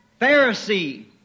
Pharisee